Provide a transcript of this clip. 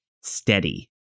steady